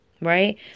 Right